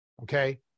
Okay